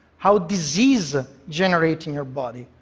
how disease ah generates in your body,